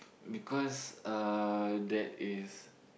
because uh there is